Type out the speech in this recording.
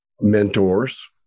mentors